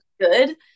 good